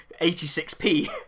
86p